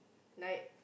like